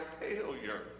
failure